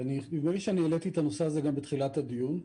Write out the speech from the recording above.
נדמה לי שהעליתי את הנושא הזה גם בתחילת הדיון,